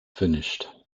finished